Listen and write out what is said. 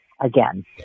again